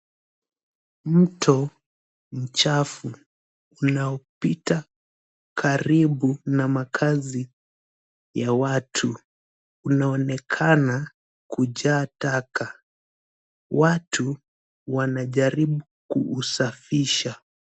Mto mchafu unaopita karibu na makaazi ya watu. Mnaonekana kujaa taka. Watu wanajaribu kuusafisha.